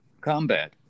combat